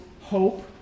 hope